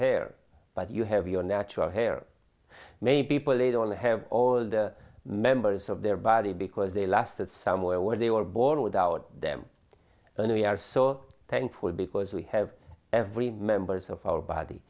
hair but you have your natural hair many people laid on the have all the members of their body because they lasted somewhere where they were born without them and we are so thankful because we have every members of our body